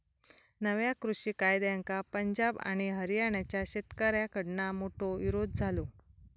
नव्या कृषि कायद्यांका पंजाब आणि हरयाणाच्या शेतकऱ्याकडना मोठो विरोध झालो